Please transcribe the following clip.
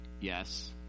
Yes